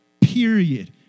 period